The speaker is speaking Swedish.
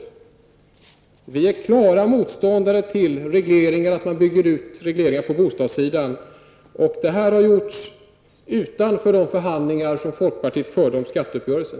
Folkpartiet är klara motståndare till en utbyggnad av regleringar för bostadsmarknaden. Detta har gjorts utanför de förhandlingar som folkpartiet förde om skatteuppgörelsen.